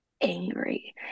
angry